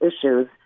issues